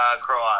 Croat